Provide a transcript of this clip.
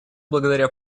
благодаря